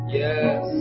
yes